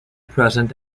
present